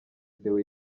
deo